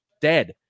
dead